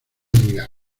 digas